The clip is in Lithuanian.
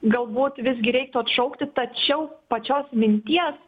galbūt visgi reiktų atšaukti tačiau pačios minties